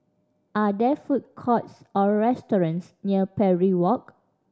are there food courts or restaurants near Parry Walk